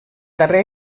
darrer